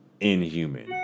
inhuman